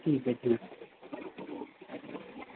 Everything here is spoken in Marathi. ठीक आहे ठीक